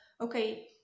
okay